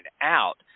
out